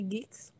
Geeks